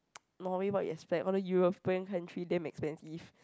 Norway what you expect all the European country damn expensive